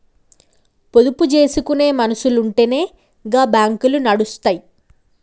పొదుపు జేసుకునే మనుసులుంటెనే గా బాంకులు నడుస్తయ్